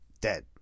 dead